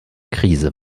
krise